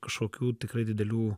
kažkokių tikrai didelių